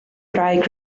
gwraig